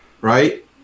right